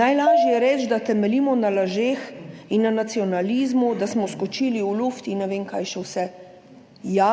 Najlažje je reči, da temeljimo na lažeh in na nacionalizmu, da smo skočili v zrak in ne vem kaj še vse. Ja,